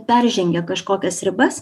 peržengia kažkokias ribas